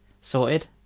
Sorted